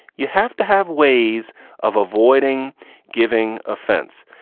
you have to have ways of avoiding giving offence.